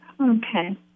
okay